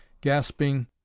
gasping